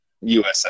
USA